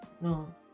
no